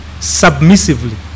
submissively